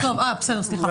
סליחה.